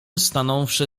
stanąwszy